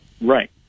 Right